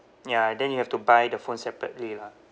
ya then you have to buy the phone separately lah